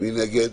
מי נגד?